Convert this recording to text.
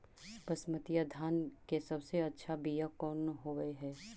बसमतिया धान के सबसे अच्छा बीया कौन हौब हैं?